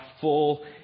full